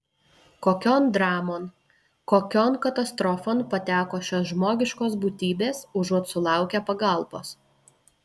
kokion dramon kokion katastrofon pateko šios žmogiškos būtybės užuot sulaukę pagalbos